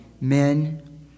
men